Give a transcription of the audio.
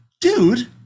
dude